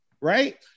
right